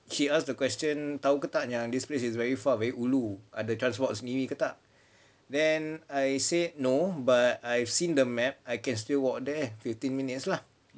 she ask the question tahu ke tak yang this place is very far very ulu ada transports sendiri ke tak then I said no but I've seen the map I can still walk there fifteen minutes lah